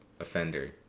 offender